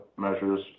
measures